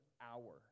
hour